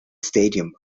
stadium